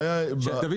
הבעיה היא --- דוד,